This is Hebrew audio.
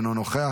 אינו נוכח,